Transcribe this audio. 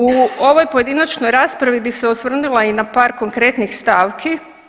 U ovoj pojedinačnoj raspravi bi se osvrnula i na par konkretnih stavki.